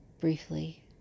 briefly